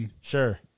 Sure